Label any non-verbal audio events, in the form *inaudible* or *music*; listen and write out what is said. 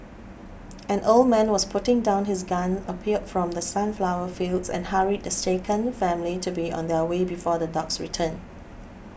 *noise* an old man was putting down his gun appeared from the sunflower fields and hurried the shaken family to be on their way before the dogs return